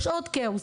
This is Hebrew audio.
יש עוד כאוס.